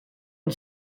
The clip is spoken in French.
une